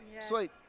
Sweet